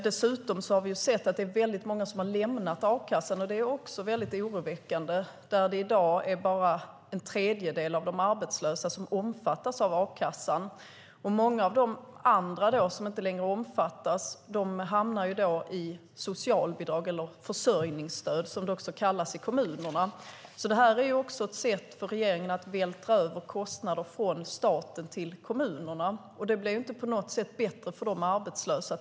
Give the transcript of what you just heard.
Dessutom har vi sett att väldigt många har lämnat a-kassan, vilket också är mycket oroväckande. I dag är det bara en tredjedel av de arbetslösa som omfattas av a-kassan. Många av de andra, av dem som inte längre omfattas av a-kassan, hamnar i socialbidrag - försörjningsstöd, som det också kallas - i kommunerna. Det här är ett sätt för regeringen att vältra över kostnader från staten till kommunerna, men det blir inte på något vis bättre för de arbetslösa.